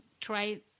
try